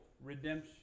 redemption